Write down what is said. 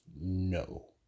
No